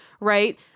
right –